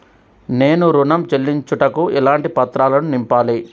నేను ఋణం చెల్లించుటకు ఎలాంటి పత్రాలను నింపాలి?